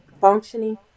functioning